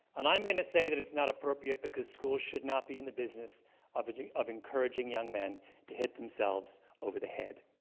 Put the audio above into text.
and i'm going to say that, it's not appropriate because schools should not be in the business of encouraging young men to hit themselves over the head.